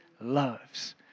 loves